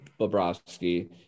Bobrovsky